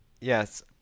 Yes